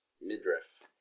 midriff